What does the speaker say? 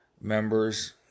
members